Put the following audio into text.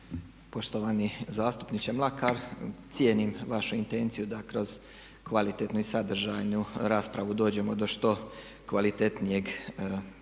Poštovani zastupniče Mlakar, cijenim vašu intenciju da kroz kvalitetnu i sadržajnu raspravu dođemo do što kvalitetnijeg konačnog